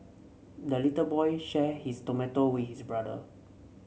the little boy shared his tomato with his brother